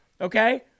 okay